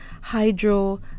hydro